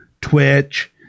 Twitch